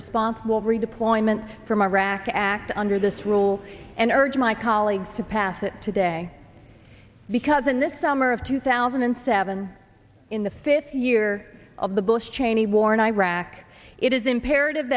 responsible redeployment from iraq act under this rule and urge my colleagues to pass it today because in this summer of two thousand and seven in the fifth year of the bush cheney war in iraq it is imperative